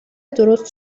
درست